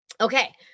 Okay